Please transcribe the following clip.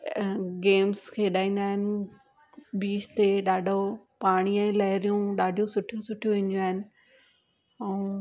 games खेॾाईंदा आहिनि beach ते ॾाढो पाणीअ लहिरियूं ॾाढियूं सुठियूं सुठियूं ईंदियूं आहिनि ऐं